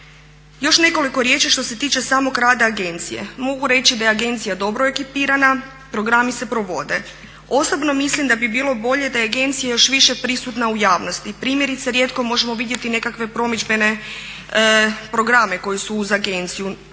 Još nekoliko riječi što se tiče samog rada agencije. Mogu reći da je agencija dobro ekipirana, programi se provode. Osobno mislim da bi bilo bolje da je agencija još više prisutna u javnosti. Primjerice, rijetko možemo vidjeti nekakve promidžbene programe koji su uz agenciju.